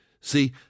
See